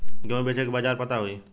गेहूँ बेचे के बाजार पता होई?